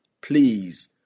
please